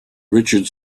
richard